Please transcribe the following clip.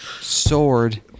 Sword